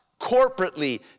corporately